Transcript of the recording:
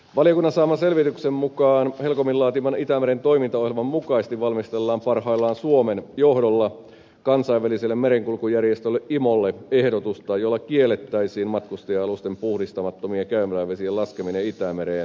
valiokunnan saaman selvityksen mukaan helcomin laatiman itämeren toimintaohjelman mukaisesti valmistellaan parhaillaan suomen johdolla kansainväliselle merenkulkujärjestölle imolle ehdotusta jolla kiellettäisiin matkustaja alusten puhdistamattomien käymälävesien laskeminen itämereen